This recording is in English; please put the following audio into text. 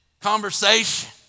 conversation